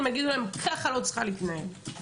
הייתי בבית ספר לשוטרים.